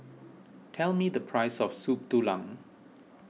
tell me the price of Soup Tulang